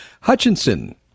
Hutchinson